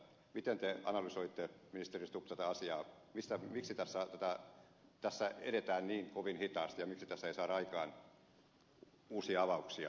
miten te analysoitte ministeri stubb tätä asiaa miksi tässä edetään niin kovin hitaasti ja miksi tässä ei saada aikaan uusia avauksia